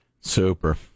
Super